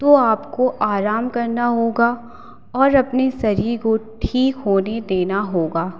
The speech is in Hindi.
तो आपको आराम करना होगा और अपने शरीर को ठीक होने देना होगा